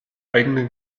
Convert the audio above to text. eigene